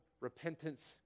repentance